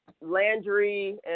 Landry